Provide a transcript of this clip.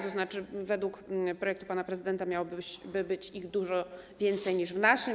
To znaczy według projektu pana prezydenta miałoby być ich dużo więcej niż według naszego.